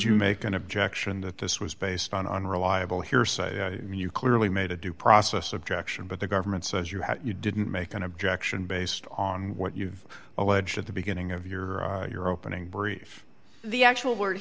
you make an objection that this was based on unreliable hearsay you clearly made a due process objection but the government says you have you didn't make an objection based on what you've alleged at the beginning of your your opening brief the actual word